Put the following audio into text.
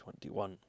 2021